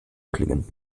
klingen